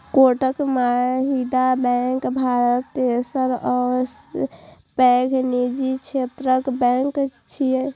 Kotak Mahindra bank Bharat तेसर सबसं पैघ निजी क्षेत्रक बैंक छियै